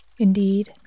Indeed